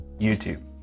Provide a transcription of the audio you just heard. youtube